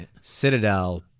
Citadel